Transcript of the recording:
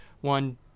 one